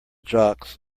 jocks